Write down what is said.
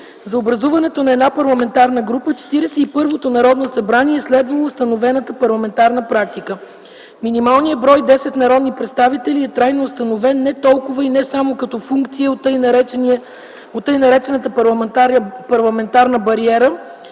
за образуването на една парламентарна група Четиридесет и първото Народно събрание следва установената парламентарна практика. Минималният брой – 10 народни представители, е трайно установен не толкова и не само като функция от така наречената „парламентарна бариера”